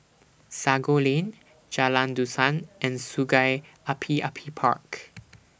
Sago Lane Jalan Dusan and Sungei Api Api Park